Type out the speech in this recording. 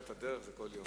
ברכת הדרך זה כל יום.